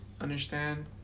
understand